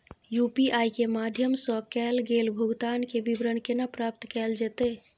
UPI के माध्यम सं कैल गेल भुगतान, के विवरण केना प्राप्त कैल जेतै?